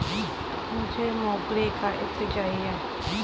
मुझे मोगरे का इत्र चाहिए